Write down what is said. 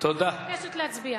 אני מבקשת להצביע.